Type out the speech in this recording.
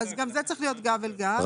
גם זה צריך להיות גב אל גב.